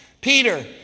Peter